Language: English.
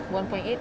one point eight